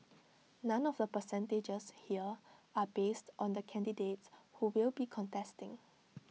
none of the percentages here are based on the candidates who will be contesting